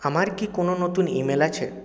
আমার কি কোনও নতুন ইমেল আছে